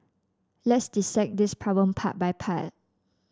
let's dissect this problem part by part